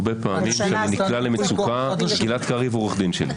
הרבה פעמים כשאני נקלע למצוקה גלעד קריב הוא עורך דין שלי.